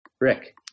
Rick